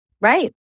Right